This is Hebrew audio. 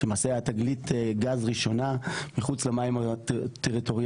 למעשה היה תגלית גז ראשונה מחוץ למים הטריטוריאליים.